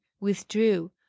withdrew